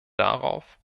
darauf